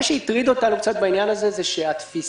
הטריד אותנו קצת בעניין הזה שהתפיסה